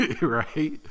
Right